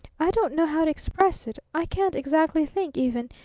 i don't know how to express it i can't exactly think, even,